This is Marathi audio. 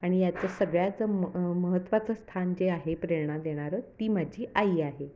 आणि याचं सगळ्याचं म महत्त्वाचं स्थान जे आहे प्रेरणा देणारं ती माझी आई आहे